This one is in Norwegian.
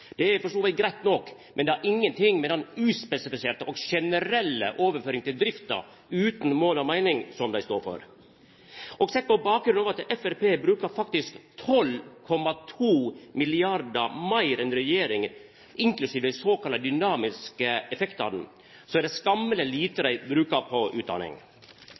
Det er for så vidt greitt nok, men det har ingenting å gjera med den uspesifiserte og generelle overføringa til drifta, utan mål og meining, som dei står for. Sett på bakgrunn av at Framstegspartiet faktisk brukar 12,2 mrd. kr meir enn regjeringa, inklusiv dei såkalla dynamiske effektane, er det skammeleg lite dei brukar på utdanning.